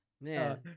Man